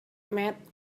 met